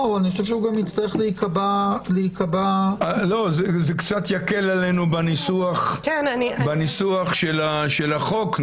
אני חושב שהוא יצטרך להיקבע --- זה קצת יקל עלינו בניסוח של החוק.